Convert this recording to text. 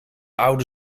oude